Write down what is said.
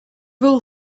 rule